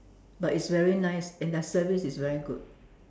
but it's very nice and their service is very good